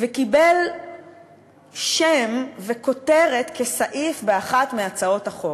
וקיבל שם וכותרת כסעיף באחת מהצעות החוק.